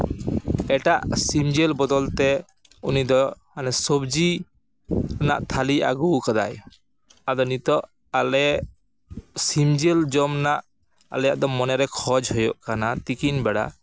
ᱮᱴᱟᱜ ᱥᱤᱢᱡᱤᱞ ᱵᱚᱫᱚᱞ ᱛᱮ ᱩᱱᱤ ᱚᱱᱮ ᱥᱚᱵᱡᱤ ᱨᱮᱱᱟᱜ ᱛᱷᱟᱹᱞᱤᱭ ᱟᱹᱜᱩ ᱟᱠᱟᱫᱟᱭ ᱟᱫᱚ ᱱᱤᱛᱚᱜ ᱟᱞᱮ ᱥᱤᱢ ᱡᱤᱞ ᱡᱚᱢ ᱨᱮᱱᱟᱜ ᱟᱞᱮᱭᱟᱜ ᱫᱚ ᱢᱚᱱᱮᱨᱮ ᱠᱷᱚᱡᱽ ᱦᱩᱭᱩᱜ ᱠᱟᱱᱟ ᱛᱤᱠᱤᱱ ᱵᱮᱲᱟ